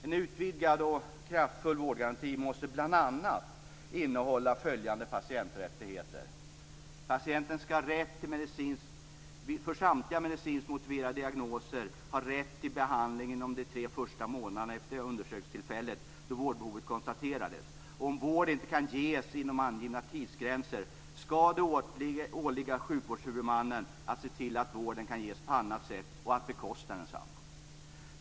En utvidgad och kraftfull vårdgaranti måste bl.a. innehålla följande patienträttigheter: · Patienten skall för samtliga medicinskt motiverade diagnoser ha rätt till behandling inom tre månader från första undersökningstillfället då vårdbehovet konstaterades. Om vård inte kan ges inom angivna tidsgränser, skall det åligga sjukvårdshuvudmannen att se till att vården kan ges på annat sätt och att bekosta densamma.